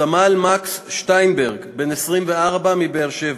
סמל מקס שטיינברג, בן 24, מבאר-שבע,